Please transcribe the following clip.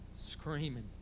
Screaming